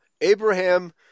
Abraham